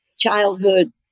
childhood